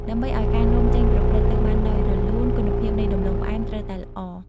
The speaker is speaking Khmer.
ដើម្បីឱ្យការនាំចេញប្រព្រឹត្តទៅបានដោយរលូន គុណភាពនៃដំឡូងផ្អែមត្រូវតែល្អ។